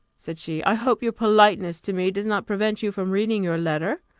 said she, i hope your politeness to me does not prevent you from reading your letter?